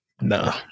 No